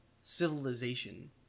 civilization